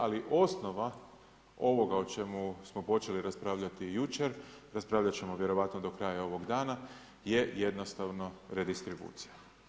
Ali osnova ovoga o čemu smo počeli raspravljati i jučer, raspravljat ćemo vjerojatno do kraja ovog dana je jednostavno redistribucija.